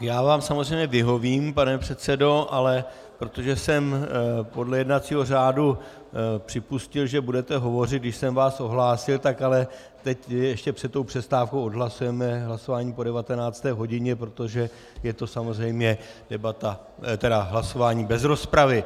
Já vám samozřejmě vyhovím, pane předsedo, ale protože jsem podle jednacího řádu připustil, že budete hovořit, když jsem vás ohlásil, tak ale teď ještě před tou přestávkou odhlasujeme hlasování po 19. hodině, protože je to samozřejmě hlasování bez rozpravy.